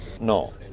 No